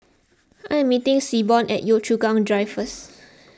I am meeting Seaborn at Yio Chu Kang Drive first